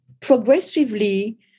progressively